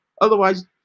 Otherwise